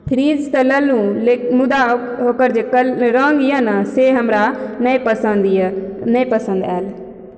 fridge तऽ लेलहुँ मुदा ओकर जे रंगए न से हमरा नहि पसन्द यऽ नहि पसंद आयल